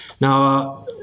Now